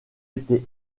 été